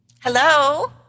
Hello